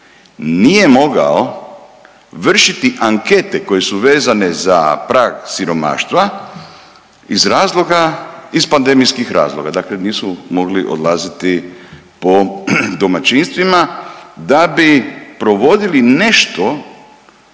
nije mogao vršiti ankete koje su vezane za prag siromaštva iz razloga, iz pandemijskih razloga. Dakle, nisu mogli odlaziti po domaćinstvima da bi provodili nešto